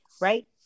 right